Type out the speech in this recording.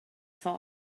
thought